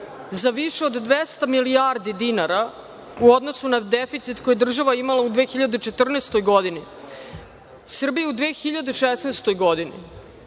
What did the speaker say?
za više od 200 milijardi dinara u odnosu na deficit koji je država imala u 2014. godini. Srbija je u 2016. godini